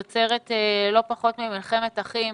יוצרת לא פחות ממלחמת אחים,